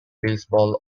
baseball